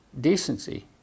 decency